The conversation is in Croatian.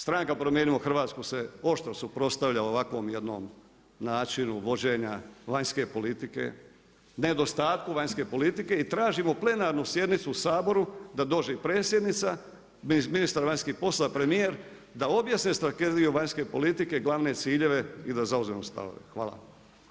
Stranka Promijenimo Hrvatsku se oštro suprotstavlja ovakvom jednom načinu vođenja vanjske politike, nedostatku vanjske politike i tražimo plenarnu sjednicu u Saboru, da dođe i predsjednica, ministar vanjskih poslova, premijer da objasne strategiju vanjske politike, glavne ciljeve i da zauzmemo stavove.